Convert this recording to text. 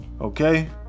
okay